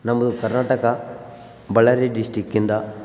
ನಮ್ಮದು ಕರ್ನಾಟಕ ಬಳ್ಳಾರಿ ಡಿಸ್ಟಿಕಿಂದ